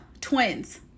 twins